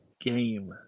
game